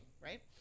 right